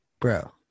bro